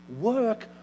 work